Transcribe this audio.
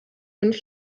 fünf